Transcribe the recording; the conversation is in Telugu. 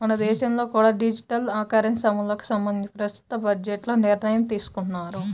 మన దేశంలో కూడా డిజిటల్ కరెన్సీ అమలుకి సంబంధించి ప్రస్తుత బడ్జెట్లో నిర్ణయం తీసుకున్నారు